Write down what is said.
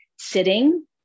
Sitting